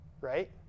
right